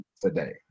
today